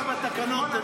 זה לא מופיע בתקנות.